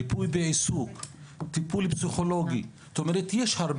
הוא מציין שצריך להיות מאמץ גם לגבי ביצוע מחקרים,